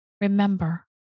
remember